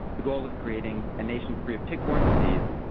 the goal is creating a nation free of tick-borne disease,